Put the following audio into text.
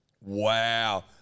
Wow